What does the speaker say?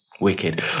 Wicked